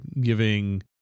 giving